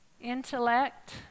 Intellect